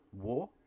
war